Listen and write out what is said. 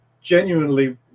genuinely